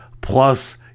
plus